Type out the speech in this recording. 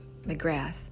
McGrath